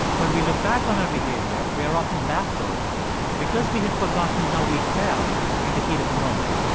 when we look back on our behavior, we are often baffled because we have forgotten how we felt in the heat of the moment.